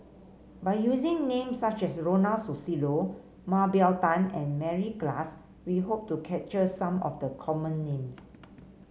by using names such as Ronald Susilo Mah Bow Tan and Mary Klass we hope to capture some of the common names